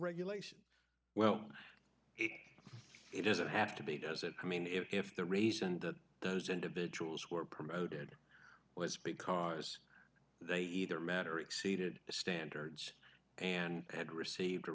regulation well it doesn't have to be does it i mean if the reason that those individuals were promoted was because they either matter exceeded standards and had received a